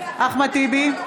אחמד טיבי,